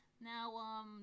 Now